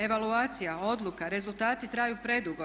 Evaluacija, odluka, rezultati traju predugo.